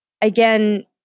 again